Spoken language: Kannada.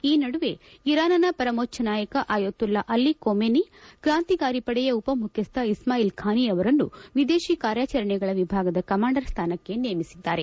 ಈ ನಡುವೆ ಇರಾನ್ನ ಪರಮೊಚ್ಛ ನಾಯಕ ಅಯೊತುಲ್ಲಾ ಅಲಿ ಕೊಮೇನಿ ಕ್ರಾಂತಿಕಾರಿ ಪಡೆಯ ಉಪಮುಖ್ಯಸ್ಥ ಇಸ್ವಾಯಿಲ್ ಖಾನಿ ಅವರನ್ನು ವಿದೇಶಿ ಕಾರ್ಯಾಚರಣೆಗಳ ವಿಭಾಗದ ಕಮಾಂಡರ್ ಸ್ಥಾನಕ್ಕೆ ನೇಮಿಸಿದ್ದಾರೆ